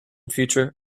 future